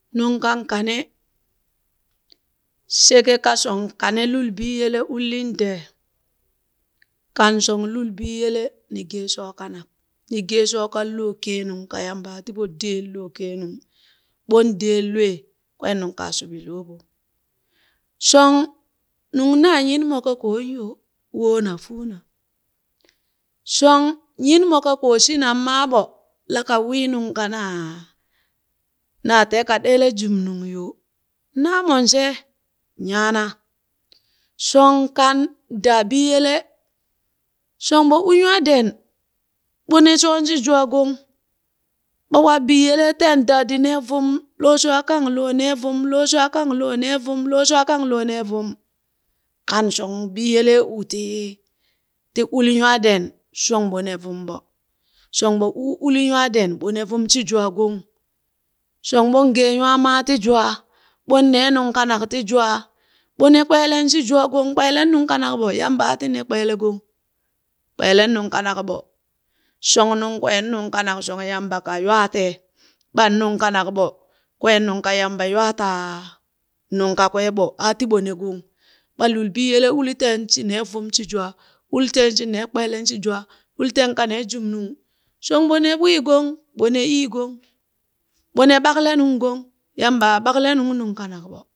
Nungkan kane, sheke ka shong kane lul biyele ullin dee, kan shong lul biyele ni geeshoo kanak ni gee shoo kan loo ke nuŋ ka Yamba aa tiɓo deen loo kenung, ɓon deen lwee, kwen nuŋ kaa shuɓi loɓo. shong nuŋ naa nyinmo kakoon yo, woona fuuna shong nyinmo kakoon shinan maaɓo, laka wii nundg kanaa na teeka deele jumnung yo naamon she, nyaana, shong kan daa biyele shong ɓo u nywaaden ɓo ne shoon shi jwaa gong ɓawaa biyele kpang daadi nee vum, loshwaa kang loo nee vum, looshwaa kang loo nee vum, looshwaakang lo nee vum, kan shong biyele u ti ti uli nywaaden shong ɓo ne vumgong ɓo shong ɓo ne u uli nywaaden ɓo ne vum shi jwaa gong, shong ɓon gee nywaa maa ti jwaa ɓon nee nung kanak ti kwaa ɓo ne kpeelen shi jwaagong kpeelen nungkanak ɓo, Yamba aa ti ne kpeele gong, kpeelen nung kanak ɓo, shong nunkween nung kanak shong Yamba ka nywaatee, ɓan nung kanak ɓo, kween nungka yamba ywaa taa nungkakwe ɓo aa tiɓo ne gong ɓa lul biyele uli teen shi nee vum shi jwaa, ul teen ka nee kpelen shi jwaa, u teen ka ne jumnung shong ɓo ne ɓwii gong, ɓo ne ii gong ɓo ne ɓakle nuŋ gong, Yamba aa ɓakle nuŋ nungkanakɓo